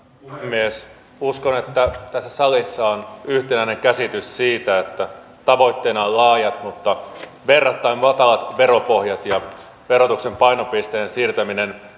puhemies uskon että tässä salissa on yhtenäinen käsitys siitä että tavoitteena on laajat mutta verrattain matalat veropohjat ja verotuksen painopisteen siirtäminen